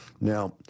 now